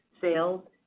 sales